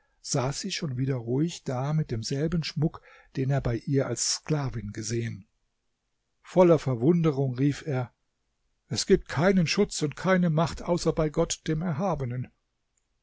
saß sie schon wieder ruhig da mit demselben schmuck den er bei ihr als sklavin gesehen voller verwunderung rief er es gibt keinen schutz und keine macht außer bei gott dem erhabenen